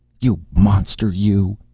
you monster, you.